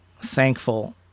thankful